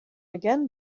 again